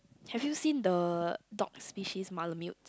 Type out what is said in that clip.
have you seen the dog species malamute